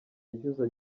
yishyuza